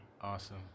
awesome